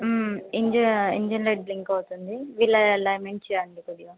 ఇంజ engine light blink అవుతుంది వీళ్ళ చేయండి కొద్దిగా